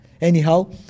Anyhow